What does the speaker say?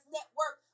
Network